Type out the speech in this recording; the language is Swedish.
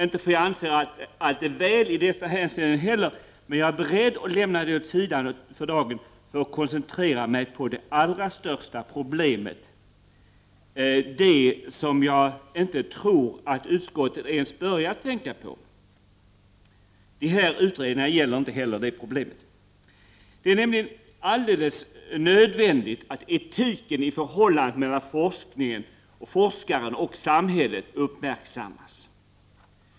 Inte för jag anser att allt är väl i dessa hänseenden heller, men jag är beredd att lämna det åt sidan för dagen, för att koncentrera mig på det allra största problemet, det som jag inte tror att utskottet ens börjat tänka på. De här utredningarna gäller inte heller det problemet. Det är nämligen alldeles nödvändigt att etiken i förhållandet mellan forskaren och samhället uppmärksammas.